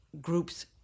groups